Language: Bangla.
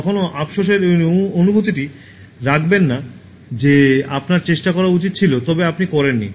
কখনও আফসোসের এই অনুভূতিটি রাখবেন না যে আপনার চেষ্টা করা উচিত ছিল তবে আপনি করেননি